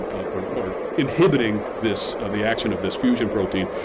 or or inhibiting this the action of this fusion protein.